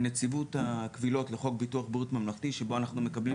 נציבות הקבילות לחוק ביטוח בריאות ממלכתי שבו אנחנו מקבלים